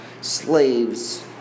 slaves